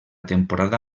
temporada